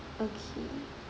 okay